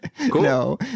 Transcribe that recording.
No